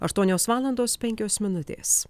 aštuonios valandos penkios minutės